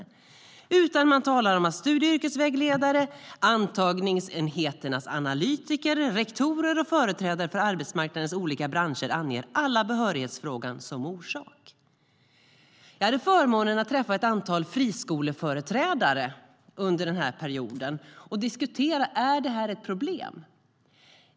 I stället stod det att studie och yrkesvägledare, antagningsenheternas analytiker, rektorer och företrädare för arbetsmarknadens olika branscher alla angav behörighetsfrågan som orsak. Jag hade förmånen att träffa ett antal friskoleföreträdare under denna period och diskutera med dem om detta är ett problem.